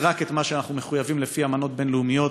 רק את מה שאנחנו מחויבים לתת לפי אמנות בין-לאומיות,